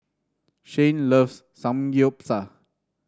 Shane loves Samgyeopsal